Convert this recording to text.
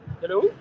Hello